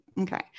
Okay